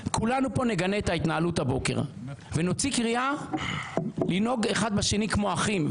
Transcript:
שכולנו נגנה את ההתנהלות הבוקר ונוציא קריאה לנהוג אחד בשני כמו אחים.